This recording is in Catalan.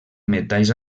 metalls